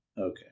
Okay